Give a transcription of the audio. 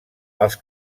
els